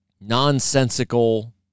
nonsensical